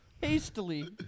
Hastily